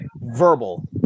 verbal